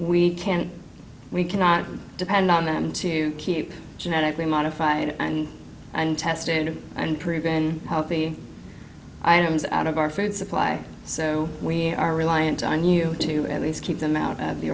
we can't we cannot depend on them to keep genetically modified and untested of unproven healthy items out of our food supply so we are reliant on you to at least keep them out of the